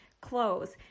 clothes